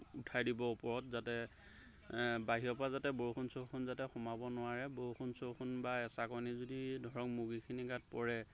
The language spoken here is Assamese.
উঠাই দিব ওপৰত যাতে বাহিৰৰ পৰা যাতে বৰষুণ চৰষুণ যাতে সোমাব নোৱাৰে বৰষুণ চৰষুণ বা এচাকনি যদি ধৰক মুৰ্গীখিনিৰ গাত পৰে